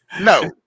no